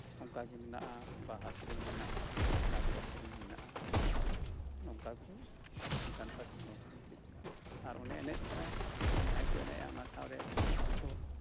ᱚᱱᱠᱟᱜᱮ ᱢᱮᱱᱟᱜᱼᱟ ᱵᱟᱦᱟ ᱥᱮᱨᱮᱧ ᱢᱮᱱᱟᱜᱼᱟ ᱞᱟᱜᱽᱲᱮ ᱥᱮᱨᱮᱧ ᱢᱮᱱᱟᱜ ᱟ ᱚᱱᱠᱟᱜᱮ ᱱᱚᱝᱠᱟᱼᱱᱚᱝᱠᱟ ᱛᱮᱜᱮ ᱱᱚᱣᱟ ᱠᱚᱫᱚᱧ ᱪᱮᱫ ᱟᱠᱟᱫᱟ ᱟᱨ ᱚᱱᱮ ᱮᱱᱮᱡ ᱠᱚᱦᱚᱸ ᱡᱟᱦᱟᱸᱭ ᱠᱚ ᱮᱱᱮᱡᱟ ᱚᱱᱟ ᱥᱟᱶ ᱨᱮ ᱠᱩᱲᱤ ᱠᱚᱦᱚᱸ ᱠᱚ